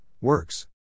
Works